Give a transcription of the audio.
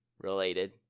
related